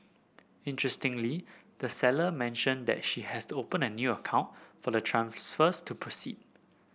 interestingly the seller mentioned that she has to open a new account for the transfers to proceed